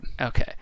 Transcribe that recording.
Okay